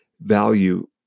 value